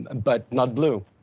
but not blue.